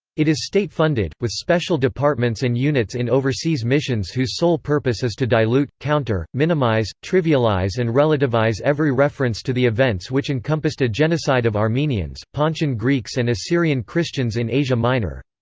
it is state-funded, with special departments and units in overseas missions whose sole purpose is to dilute, counter, minimise, trivialise and relativise every reference to the events which encompassed a genocide of armenians, pontian greeks and assyrian christians in asia minor.